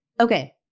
okay